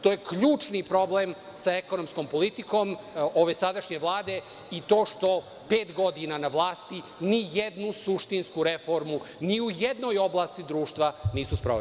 To je ključni problem sa ekonomskom politikom ove sadašnje Vlade, i to što pet godina na vlasti ni jednu suštinsku reformu, ni u jednoj oblasti društva nisu sproveli.